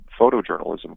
photojournalism